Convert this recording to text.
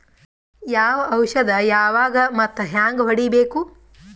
ಯಾವ ಔಷದ ಯಾವಾಗ ಮತ್ ಹ್ಯಾಂಗ್ ಹೊಡಿಬೇಕು?